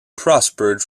prospered